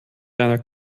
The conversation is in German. reiner